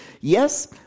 Yes